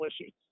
issues